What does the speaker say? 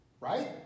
Right